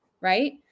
right